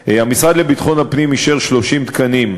בקריאה השנייה הצביעו 58 חברי